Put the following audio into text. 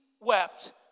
wept